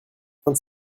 vingt